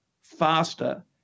faster